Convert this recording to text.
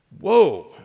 whoa